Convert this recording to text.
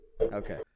Okay